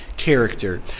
character